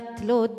לעיריית לוד